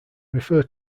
refer